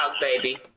baby